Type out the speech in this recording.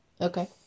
okay